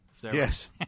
Yes